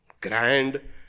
grand